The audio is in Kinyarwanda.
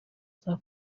saa